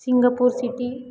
Singapore city